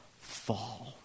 fall